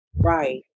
Right